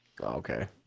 okay